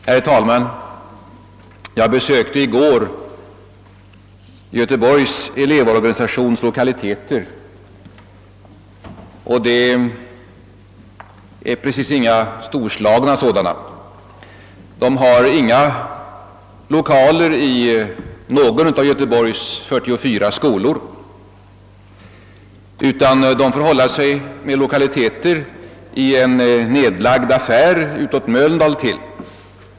Herr talman! Jag besökte i går Göteborgs elevorganisation och studerade lokaliteterna, som inte precis är storslagna. Elevorganisationen har inga lokaler i någon av Göteborgs 44 skolor. Eleverna får hålla sig med lokaler i en nedlagd affär utåt Mölndal till.